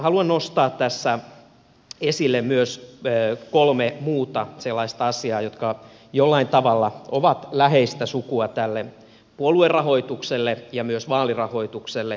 haluan nostaa tässä esille myös kolme muuta sellaista asiaa jotka jollain tavalla ovat läheistä sukua tälle puoluerahoitukselle ja myös vaalirahoitukselle